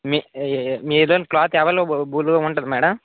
మి ఏ ఏ ఏ మి ఏదైనా క్లాత్ అవైలబుల్ ఉంటుందా మ్యాడం